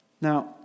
Now